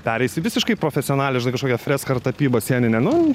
pereis į visiškai profesionalią žinai kažkokią freską ar tapybą sieninę nu